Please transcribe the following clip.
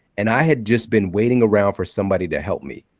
and i had just been waiting around for somebody to help me.